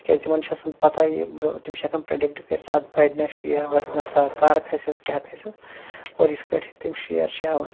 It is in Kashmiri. تِکیٛازِ تِمَن چھِ آسان پتاہ یہِ برٛونٛہہ تِم چھِ ہٮ۪کان پِرٛیڈِکٹہٕ کٔرِتھ اَتھ بَڈِ نا شِیر وَسہِ نَسا کَر کھسٮ۪س کیٛاہ کھسٮ۪س اور یِتھٕ پٲٹھۍ چھِ تِم شِیر چھِ ہٮ۪وان